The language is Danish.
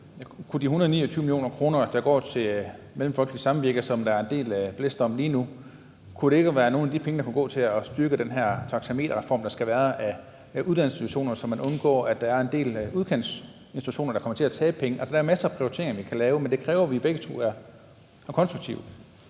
af de 129 mio. kr., der går til Mellemfolkeligt Samvirke, som der er en del blæst om lige nu, ikke gå til at styrke den her taxameterreform, der skal være af uddannelsesinstitutioner, så man undgår, at der er en del udkantsinstitutioner, der kommer til at tabe penge? Der er masser af prioriteringer, vi kan lave, men det kræver, at vi begge to er konstruktive.